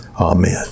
Amen